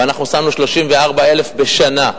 ואנחנו שמנו 34,000 בשנה.